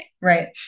right